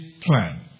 plan